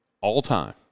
all-time